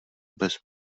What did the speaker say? bez